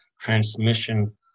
transmission